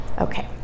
Okay